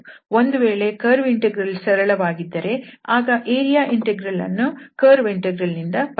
ಒಂದು ವೇಳೆ curve integral ಸರಳವಾಗಿದ್ದರೆ ಆಗ ಏರಿಯಾ ಇಂಟೆಗ್ರಲ್ ಅನ್ನು ಕರ್ವ್ ಇಂಟೆಗ್ರಲ್ ನಿಂದ ಪಡೆಯಬಹುದು